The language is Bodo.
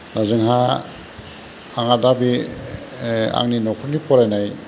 दा जोंहा आंहा दा बे आंनि नखरनि फरायनाय